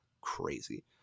Crazy